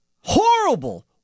Horrible